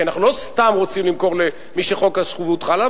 כי אנחנו לא סתם רוצים למכור למי שחוק השבות חל עליו,